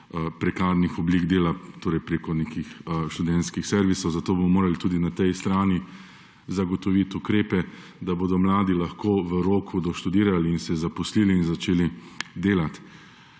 prekarnih oblik dela, torej preko nekih študentskih servisov. Zato bomo morali tudi na tej strani zagotoviti ukrepe, da bodo mladi lahko v roku doštudirali, se zaposlil in začeli delati.